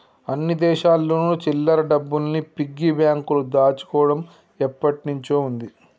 అన్ని దేశాల్లోను చిల్లర డబ్బుల్ని పిగ్గీ బ్యాంకులో దాచుకోవడం ఎప్పటినుంచో ఉంది